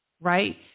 right